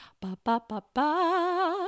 Ba-ba-ba-ba